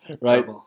Right